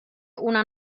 una